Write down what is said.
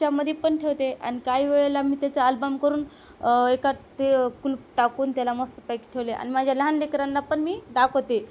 च्यामध्ये पण ठेवते आणि काही वेळेला मी त्याचा आल्बम करून एका ते कुलप टाकून त्याला मस्त पैकी ठेवले आणि माझ्या लहान लेकरांना पण मी दाखवते